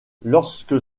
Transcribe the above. lorsque